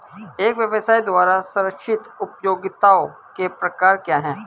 एक व्यवसाय द्वारा सृजित उपयोगिताओं के प्रकार क्या हैं?